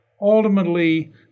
ultimately